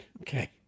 Okay